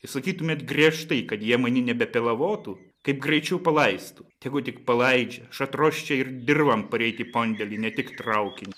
įsakytumėt griežtai kad jie mani nebepilavotų kaip greičiau palaistų tegu tik palaidžia aš atrosčia ir dirvon pareit į pandėlį ne tik traukiniu